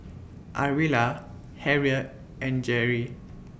Arvilla Harriette and Jerrie